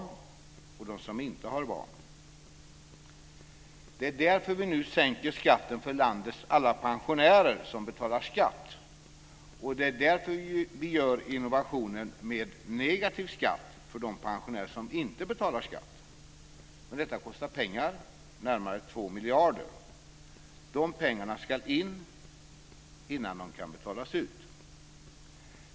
Det är därför vi nu sänker skatten för landets alla pensionärer som betalar skatt. Det är därför vi gör innovationen med "negativ skatt" för de pensionärer som inte betalar skatt. Men detta kostar pengar, närmare 2 miljarder.